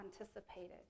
anticipated